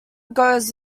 goes